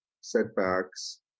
setbacks